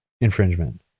infringement